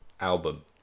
album